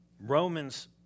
Romans